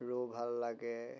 ৰৌ ভাল লাগে